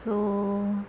so